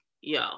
yo